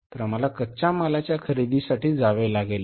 तर आम्हाला कच्च्या मालाच्या खरेदीसाठी जावे लागेल